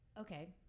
okay